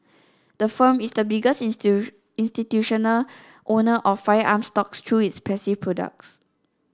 the firm is the biggest institutional owner of firearms stocks through its passive products